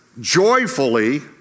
joyfully